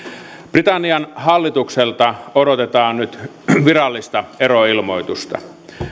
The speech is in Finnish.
britannian hallitukselta odotetaan nyt virallista eroilmoitusta